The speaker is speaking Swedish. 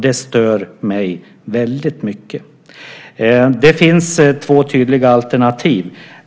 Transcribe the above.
Det stör mig väldigt mycket. Det finns två tydliga alternativ.